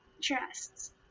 trusts